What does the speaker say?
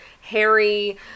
Harry